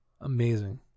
amazing